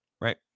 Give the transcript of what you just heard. right